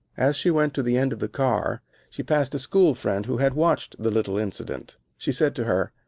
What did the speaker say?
as she went to the end of the car she passed a school friend who had watched the little incident. she said to her,